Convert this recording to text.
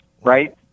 right